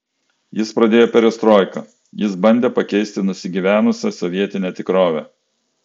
jis pradėjo perestroiką jis bandė pakeisti nusigyvenusią sovietinę tikrovę